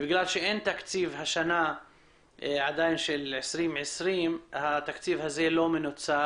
בגלל שאין תקציב השנה עדין, התקציב הזה לא מנוצל.